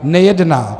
Nejedná.